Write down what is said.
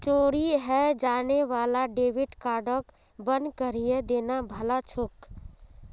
चोरी हाएं जाने वाला डेबिट कार्डक बंद करिहें देना भला छोक